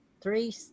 three